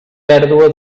pèrdua